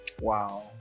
wow